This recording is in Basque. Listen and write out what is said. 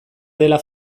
dela